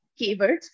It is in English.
keywords